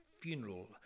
funeral